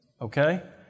Okay